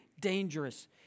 dangerous